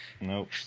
Nope